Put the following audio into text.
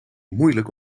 moeilijk